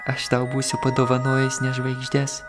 aš tau būsiu padovanojęs ne žvaigždes